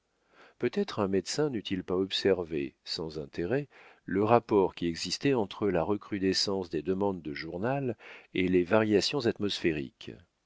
peut-être un médecin n'eût-il pas observé sans intérêt le rapport qui existait entre la recrudescence des demandes de journal et les variations atmosphériques